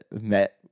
met